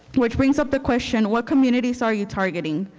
which brings up the question, what communities are you targeting?